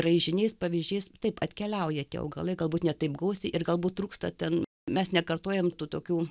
raižiniais pavyzdžiais taip atkeliauja tie augalai galbūt ne taip gausiai ir galbūt trūksta ten mes nekartojam tų tokių